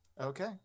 Okay